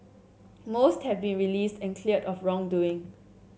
most have been released and cleared of wrongdoing